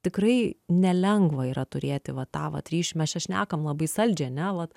tikrai nelengva yra turėti va tą vat ryšį mes čia šnekam labai saldžiai ane vat